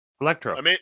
Electro